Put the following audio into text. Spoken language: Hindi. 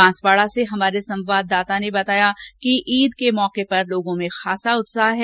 बाडमेर से हमारे संवाददाता ने बताया कि ईद के अवसर पर लोगों में खासा उत्साह है